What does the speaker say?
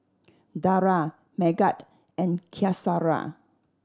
Dara Megat and Qaisara